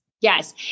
Yes